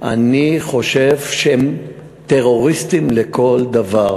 אני חושב שהם טרוריסטים לכל דבר.